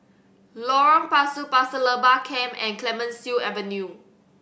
Lorong Pasu Pasir Laba Camp and Clemenceau Avenue